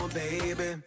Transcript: baby